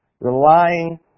Relying